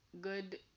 Good